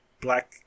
black